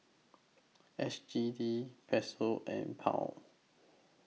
S G D Peso and Pound